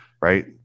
right